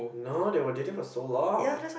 no they were dating for so long